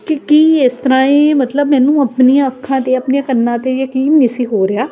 ਕਿ ਕੀ ਇਸ ਤਰ੍ਹਾਂ ਹੀ ਮਤਲਬ ਮੈਨੂੰ ਆਪਣੀਆਂ ਅੱਖਾਂ 'ਤੇ ਆਪਣੀਆਂ ਕੰਨਾਂ 'ਤੇ ਯਕੀਨ ਨਹੀਂ ਸੀ ਹੋ ਰਿਹਾ